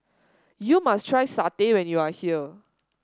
you must try satay when you are here